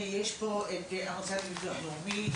יש פה את המוסד לביטוח הלאומי,